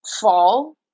fall